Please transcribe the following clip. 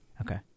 Okay